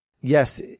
Yes